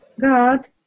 God